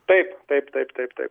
taip taip taip taip taip